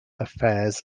affairs